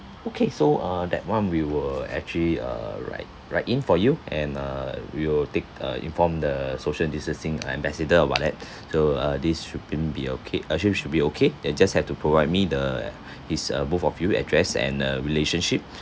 okay so uh that one we will actually uh write write in for you and uh we will take uh inform the social distancing uh ambassador about that so uh this should been be okay uh should should be okay then you just have to provide me the this both of you address and uh relationship